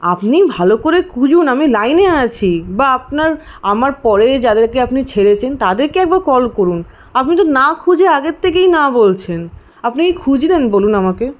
আপনি ভালো করে খুঁজুন আমি লাইনে আছি বা আপনার আমার পরে যাদেরকে আপনি ছেড়েছেন তাদেরকে একবার কল করুন আপনি তো না খুঁজে আগের থেকেই না বলছেন আপনি কি খুঁজলেন বলুন আমাকে